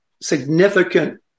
significant